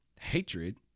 hatred